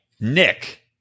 Nick